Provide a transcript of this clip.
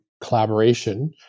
collaboration